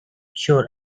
sure